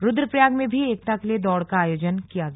रुद्रप्रयाग में भी एकता के लिए दौड़ का आयोजन किया गया